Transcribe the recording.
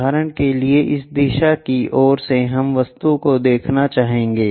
उदाहरण के लिए इस दिशा की ओर से हम वस्तु को देखना चाहेंगे